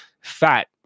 fat